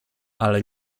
ale